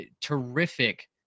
terrific